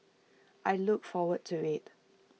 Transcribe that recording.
I look forward to IT